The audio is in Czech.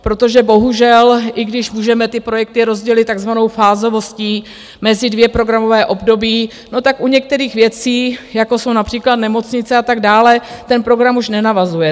Protože bohužel, i když můžeme ty projekty rozdělit takzvanou fázovostí mezi dvě programové období, no tak u některých věcí jako jsou např. nemocnice a tak dále, ten program už nenavazuje.